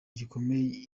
gikomeye